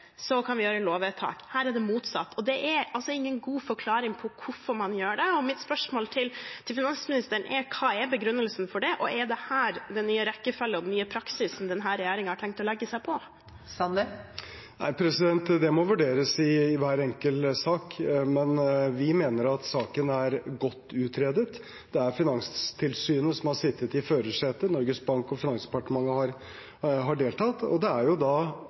kan vi gjøre lovvedtak. Her er det motsatt, men det er ingen god forklaring på hvorfor man gjør det, og mitt spørsmål til finansministeren er: Hva er begrunnelsen for det, og er dette den nye rekkefølgen og den nye praksisen denne regjeringen har tenkt å legge seg på? Det må vurderes i hver enkelt sak. Men vi mener at saken er godt utredet. Det er Finanstilsynet som har sittet i førersetet. Norges Bank og Finansdepartementet har deltatt, og det er